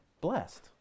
blessed